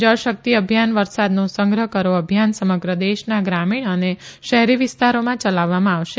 જળશક્તિ અભિયાન વરસાદનો સંગ્રહ કરો અભિયાન સમગ્ર દેશના ગ્રામીણ અને શહેરી વિસ્તારોમાં ચલાવવામાં આવશે